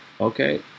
okay